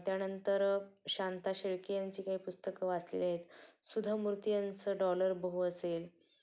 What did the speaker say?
त्यानंतर शांता शेळके यांची काही पुस्तकं वाचली आहेत सुधा मूर्ती यांचं डॉलर बहू असेल